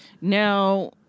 Now